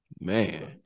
Man